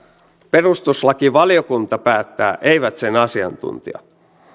perustuslakivaliokunta päättää eivät sen asiantuntijat niin haluan lopuksi sanoa että